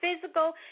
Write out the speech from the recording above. physical